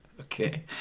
Okay